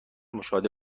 مشاهده